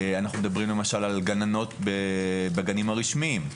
אנחנו מדברים למשל על גננות בגנים הרשמיים,